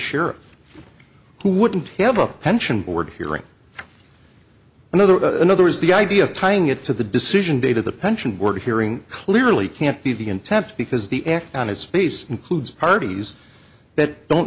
sheriff who wouldn't have a pension board hearing another another is the idea of tying it to the decision date of the pension board hearing clearly can't be the intent because the act on its piece includes parties that don't